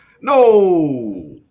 no